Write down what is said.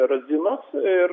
razinos ir